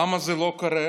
למה זה לא קורה